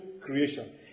creation